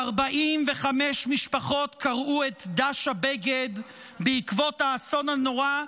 45 משפחות קרעו את דש הבגד בעקבות האסון הנורא,